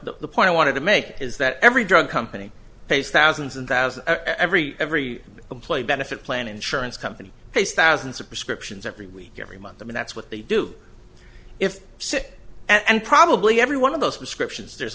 point i wanted to make is that every drug company pays thousands and thousands every every employee benefit plan insurance company pays thousands of prescriptions every week every month i mean that's what they do if sick and probably every one of those prescriptions there's